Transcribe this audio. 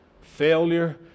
failure